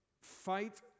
fight